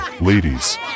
ladies